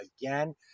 again